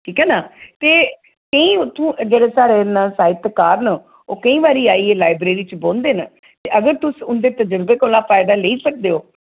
ठीक ऐ ना ते केईं उत्थुं जेह्ड़े साढ़े न साहित्यकार न ओह् केईं बारी आइयै लाइब्रेरी च बोंदे न ते अगर तुस उंदे तजर्बे कोला फाइदा लेई सकदे ओ